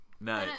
No